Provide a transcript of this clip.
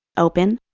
open,